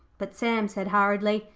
but sam said hurriedly,